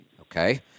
Okay